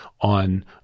on